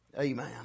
Amen